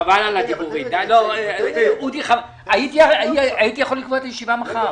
חבל, הייתי יכול לקבוע את הישיבה מחר.